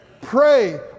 Pray